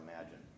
imagine